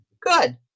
Good